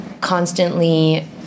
constantly